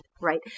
right